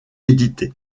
éditer